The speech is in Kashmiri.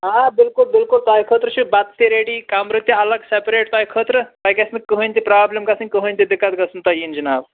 آ بِلکُل بِلکُل تۄہہِ خٲطرٕ چھُ بَتہٕ تہِ ریڈی کَمرٕ تہِ الگ سیپریٹ تۄہہِ خٲطرٕ تۄہہِ گژھِ نہٕ کٕہٕنٛۍ تہِ پرٛابلِم گژھٕنۍ کٕہٕنٛۍ تہِ دِقعت گژھُن تۄہہِ یِن جِناب